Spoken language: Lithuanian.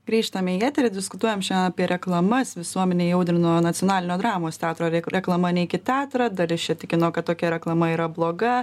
grįžtam į eterį diskutuojam šiandien apie reklamas visuomenę įaudrino nacionalinio dramos teatro re reklama neik į teatrą dalis čia tikino kad tokia reklama yra bloga